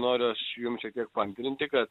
noriu aš jum šiek tiek paantrinti kad